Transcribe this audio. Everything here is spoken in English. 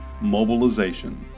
Mobilization